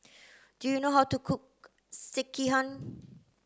do you know how to cook Sekihan